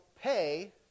pay